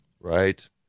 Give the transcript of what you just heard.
Right